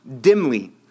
dimly